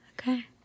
Okay